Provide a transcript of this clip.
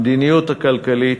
המדיניות הכלכלית,